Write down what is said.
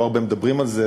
לא הרבה מדברים על זה,